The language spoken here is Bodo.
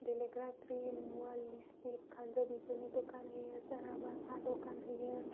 देलायग्रा ख्रिम मुवा लिसटिभ खानजं बेफोरनि दखान होयो साहाबा साहा दखान होयो